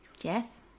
Yes